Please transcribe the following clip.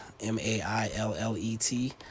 m-a-i-l-l-e-t